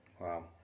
Wow